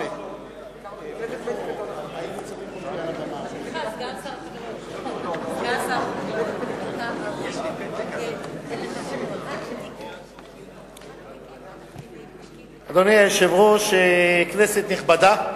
8). אדוני היושב-ראש, כנסת נכבדה,